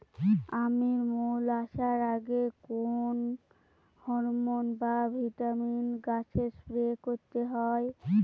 আমের মোল আসার আগে কোন হরমন বা ভিটামিন গাছে স্প্রে করতে হয়?